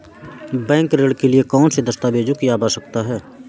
Bank ऋण के लिए कौन से दस्तावेजों की आवश्यकता है?